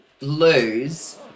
lose